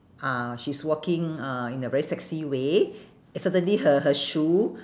ah she's walking uh in a very sexy way suddenly her her shoe